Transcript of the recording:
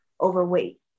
overweight